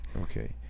Okay